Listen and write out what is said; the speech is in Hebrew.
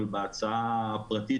אבל בהצעה הפרטית,